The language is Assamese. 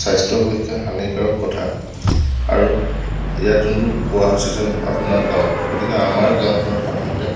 স্বাস্থ্যৰ পক্ষে হানিকাৰক কথা আৰু ইয়াত যোনটো কোৱা হৈছে যে আপোনাৰ গাঁৱত গতিকে আমাৰ গাঁওখনত সাধাৰণতে